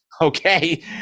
Okay